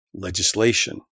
Legislation